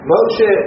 Moshe